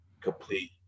complete